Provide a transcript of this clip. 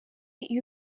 iyo